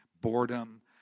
boredom